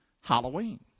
Halloween